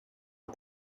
het